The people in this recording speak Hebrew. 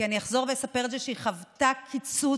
כי אני אחזור ואספר שהיא חוותה קיצוץ